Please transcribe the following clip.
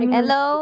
Hello